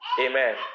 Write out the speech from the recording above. Amen